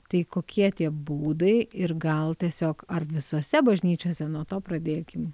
tai kokie tie būdai ir gal tiesiog ar visose bažnyčiose nuo to pradėkim